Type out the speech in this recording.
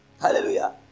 Hallelujah